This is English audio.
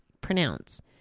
pronounce